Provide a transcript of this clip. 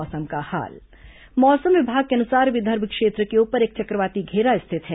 मौसम मौसम विभाग के अनुसार विदर्भ क्षेत्र के ऊपर एक चक्रवाती घेरा स्थित है